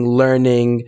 learning